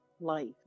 life